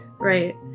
Right